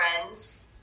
friends